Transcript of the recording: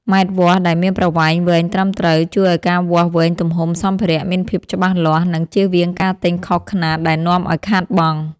ម៉ែត្រវាស់ដែលមានប្រវែងវែងត្រឹមត្រូវ ជួយឱ្យការវាស់វែងទំហំសម្ភារៈមានភាពច្បាស់លាស់ និងជៀសវាងការទិញខុសខ្នាតដែលនាំឱ្យខាតបង់។